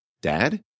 Dad